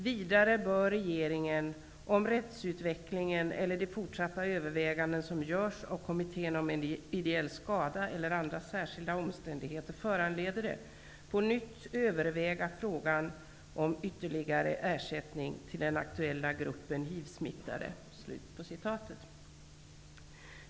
Vidare bör regeringen, om rättsutvecklingen eller de fortsatta överväganden som görs av Kommittén om ideell skada eller andra särskilda omständigheter föranleder det, på nytt överväga frågan om ytterligare ersättning till den aktuella gruppen hivsmittade.'' Herr talman!